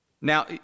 Now